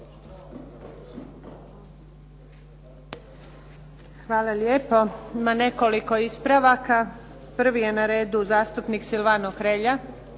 Hvala lijepo. Ima nekoliko ispravaka. Prvi je na redu zastupnik Silvano Hrelja.